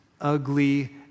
ugly